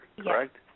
correct